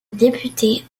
députés